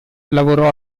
lavorò